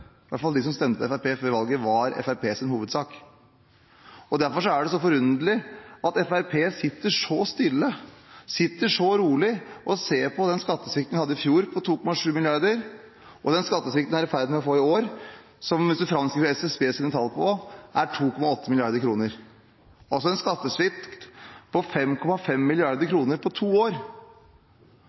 hvert fall de som stemte Fremskrittspartiet før valget, var Fremskrittspartiets hovedsak. Derfor er det så forunderlig at Fremskrittspartiet sitter så stille, sitter så rolig, og ser på den skattesvikten vi hadde i fjor på 2,7 mrd. kr, og den skattesvikten vi er i ferd med å få i år, som, hvis en framskriver SSB sine tall, er på 2,8 mrd. kr – altså en skattesvikt på 5,5 mrd. kr på to år.